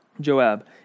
joab